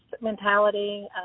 mentality